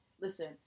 listen